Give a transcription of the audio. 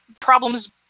problems